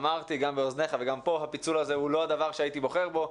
אמרתי גם באוזניך וגם פה שהפיצול הזה הוא לא הדבר שהייתי בוחר בו,